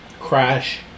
crash